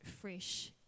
fresh